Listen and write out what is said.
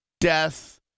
death